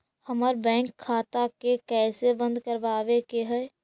हमर बैंक खाता के कैसे बंद करबाबे के है?